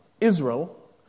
Israel